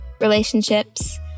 relationships